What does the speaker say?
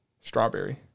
Strawberry